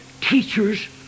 teachers